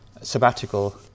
sabbatical